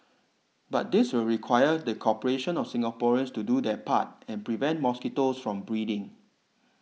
but this will require the cooperation of Singaporeans to do their part and prevent mosquitoes from breeding